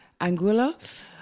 Anguilla